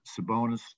Sabonis